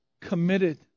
committed